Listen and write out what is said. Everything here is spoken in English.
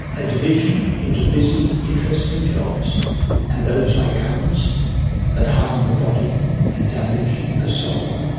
a division into busy interesting jobs and those like alan's that harm the body and damage the soul.